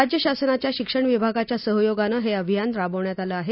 राज्य शासनाच्या शिक्षण विभागाच्या सहयोगानं हे अभियान राबवण्यात आलं आहे